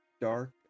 dark